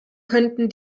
könnten